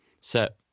set